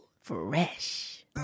Fresh